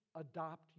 adopt